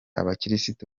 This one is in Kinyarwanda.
abakirisitu